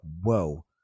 Whoa